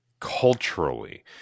culturally